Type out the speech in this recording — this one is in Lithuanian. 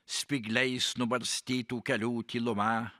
spygliais nubarstytų kelių tyluma